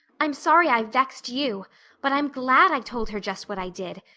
i'm sorry i've vexed you but i'm glad i told her just what i did.